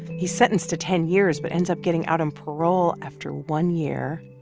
he's sentenced to ten years but ends up getting out on parole after one year.